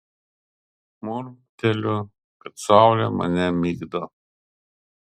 murmteliu kad saulė mane migdo